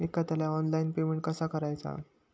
एखाद्याला online payment कसा करायचा?